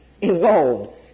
involved